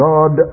God